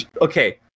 Okay